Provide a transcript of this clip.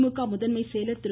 திமுக முதன்மை செயலாளர் திரு